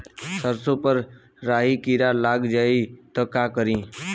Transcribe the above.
सरसो पर राही किरा लाग जाई त का करी?